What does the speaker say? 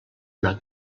una